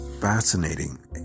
fascinating